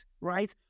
right